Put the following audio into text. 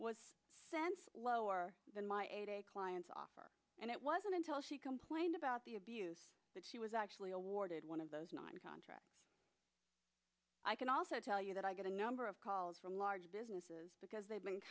was cents lower than my a client's offer and it wasn't until she complained about the abuse that she was actually awarded one of those nine contract i can also tell you that i get a number of calls from large businesses because they've been